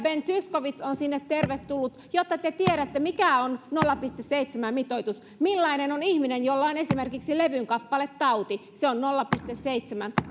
ben zyskowicz on sinne tervetullut jotta te tiedätte mikä on nolla pilkku seitsemän mitoitus millainen on ihminen jolla on esimerkiksi lewyn kappale tauti silloin on nolla pilkku seitsemän